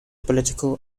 political